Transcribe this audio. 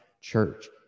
church